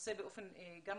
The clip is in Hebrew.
הנושא גם באופן כללי.